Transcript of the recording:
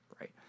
right